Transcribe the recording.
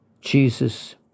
Jesus